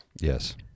yes